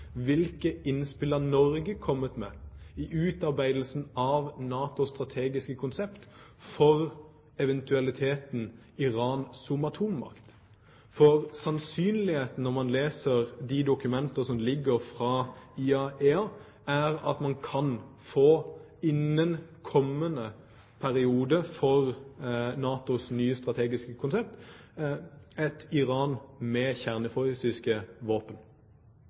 hvilke innspill Norge har kommet med i utarbeidelsen av NATOs strategiske konsept hva gjelder eventualiteten Iran som atommakt. For sannsynligheten er, når man leser de dokumenter som foreligger fra IAEA, at man innen kommende periode for NATOs nye strategiske konsept kan få et Iran med